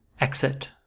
Exit